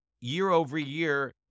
year-over-year